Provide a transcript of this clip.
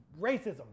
Racism